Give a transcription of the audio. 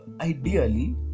ideally